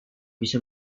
bisa